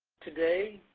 today,